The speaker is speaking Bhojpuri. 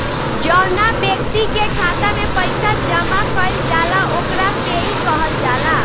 जौवना ब्यक्ति के खाता में पईसा जमा कईल जाला ओकरा पेयी कहल जाला